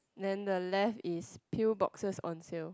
then the left is pill boxes on sale